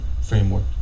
framework